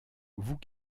vous